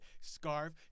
Scarf